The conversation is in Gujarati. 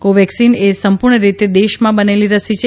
કોવેક્સિન એ સંપૂર્ણ રીતે દેશમાં બનેલી રસી છે